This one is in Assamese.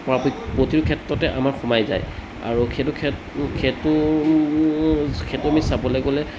প্ৰতিটো ক্ষেত্ৰতে আমাৰ সোমাই যায় আৰু সেইটো ক্ষেত সেইটো আমি চাবলৈ গ'লে